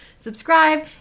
Subscribe